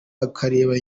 akareba